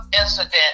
incident